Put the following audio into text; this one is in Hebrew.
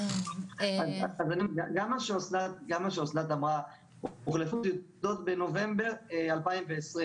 גם מה שאסנת אמרה הוחלפו טיוטות בנובמבר 2020,